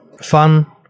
Fun